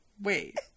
Wait